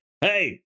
hey